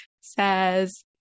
says